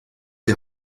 die